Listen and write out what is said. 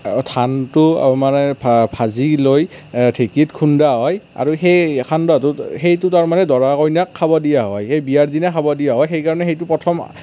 ধানটো মানে ভা ভাজি লৈ ঢেঁকীত খুন্দা হয় আৰু সেই সান্দহটোক সেইটো তাৰমানে দৰা কইনাক খাবলৈ দিয়া হয় সেই বিয়াৰ দিনা খাবলৈ দিয়া হয় সেইকাৰণে সেইটো প্ৰথম